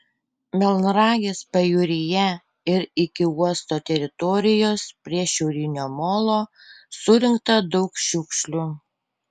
melnragės pajūryje ir iki uosto teritorijos prie šiaurinio molo surinkta daug šiukšlių